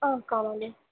కావాలి